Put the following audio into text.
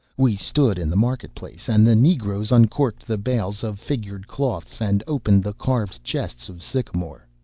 we stood in the market-place, and the negroes uncorded the bales of figured cloths and opened the carved chests of sycamore.